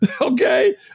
Okay